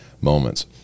moments